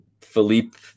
Philippe